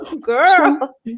girl